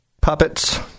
puppets